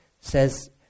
says